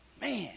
man